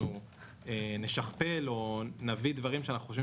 אנחנו נשכפל או נביא דברים שאנחנו חושבים